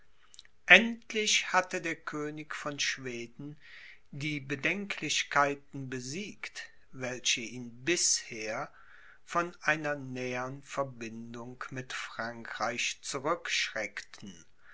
endlich hatte der könig von schweden die bedenklichkeiten besiegt welche ihn bisher von einer nähern verbindung mit frankreich